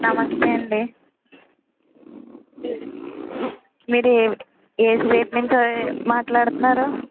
నమస్తే అండి మీరు ఏ ఏ స్టేట్ నుంచి మాట్లాడుతున్నారు